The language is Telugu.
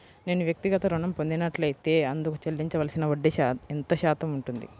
నేను వ్యక్తిగత ఋణం పొందినట్లైతే అందుకు చెల్లించవలసిన వడ్డీ ఎంత శాతం ఉంటుంది?